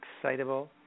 excitable